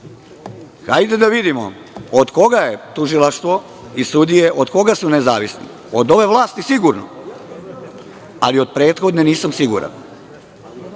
Hajde da vidimo od koga je tužilaštvo i od koga su sudije nezavisne? Od ove vlasti sigurno, ali od prethodne nisam siguran.